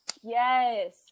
yes